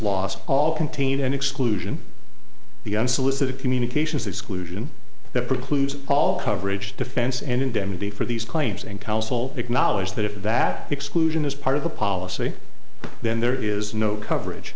loss all contain an exclusion the unsolicited communications exclusion that precludes all coverage defense and indemnity for these claims and counsel acknowledge that if that exclusion is part of the policy then there is no coverage